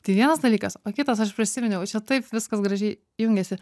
tai vienas dalykas o kitas aš prisiminiau čia taip viskas gražiai jungiasi